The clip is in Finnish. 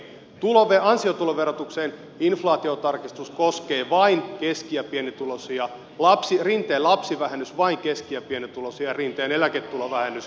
ansiotuloverotuksen inflaatiotarkistus koskee vain keski ja pienituloisia rinteen lapsivähennys vain keski ja pienituloisia ja rinteen eläketulovähennys keski ja pienituloisia